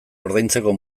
ordaintzeko